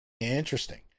Interesting